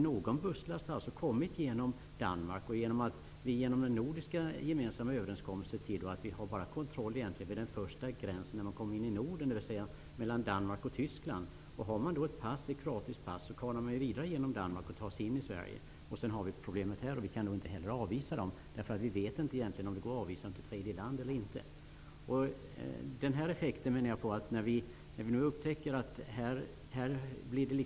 Någon busslast har alltså åkt genom Danmark. På grund av en nordisk gemensam överenskommelse finns det bara en kontroll vid den första gränsen i Tyskland. Om man har ett kroatiskt pass kommer man vidare in i Danmark och kan ta sig in i Sverige. Sedan får vi problem här. Vi kan inte avvisa dem. Vi vet ju inte om det går att avvisa dem till tredje land.